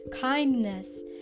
kindness